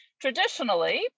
traditionally